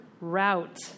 route